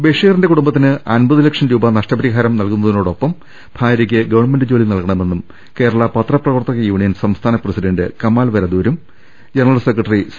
ബഷീറിന്റെ കൂടുംബത്തിന് അമ്പത് ലക്ഷം രൂപ നഷ്ട പരിഹാ രമായി നൽകുന്നതിനൊപ്പം ഭാര്യയ്ക്ക് ഗവൺമെന്റ് ജോലി നൽക ണമെന്നും കേരള പത്ര പ്രവർത്തക യൂണിയൻ സംസ്ഥാന പ്രസി ഡന്റ് കമാൽ വരദൂറും ജനറൽ സെക്രട്ടറി സി